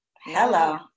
Hello